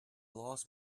lost